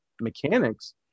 mechanics